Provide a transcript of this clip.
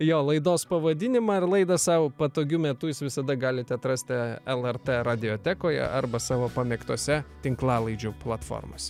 jo laidos pavadinimą ir laidą sau patogiu metu jūs visada galite atrasti lrt radiotekoje arba savo pamėgtose tinklalaidžių platformos